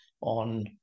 on